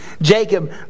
Jacob